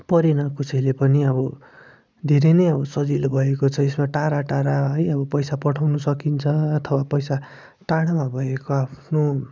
परेन कसैले पनि अब धेरै नै अब सजिलो भएको छ यसमा टाढा टाढा है अब पैसा पठाउनु सकिन्छ अथवा पैसा टाढामा भएको आफ्नो